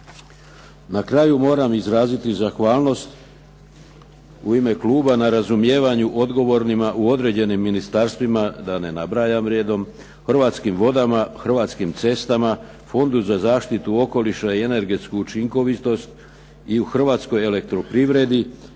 Na kraju moram izraziti zahvalnost u ime kluba na razumijevanju odgovornima u određenim ministarstvima, da ne nabrajam redom, Hrvatskim vodama, Hrvatskim cestama, Fondu za zaštitu okoliša i energetsku učinkovitost i u Hrvatskoj elektroprivredi,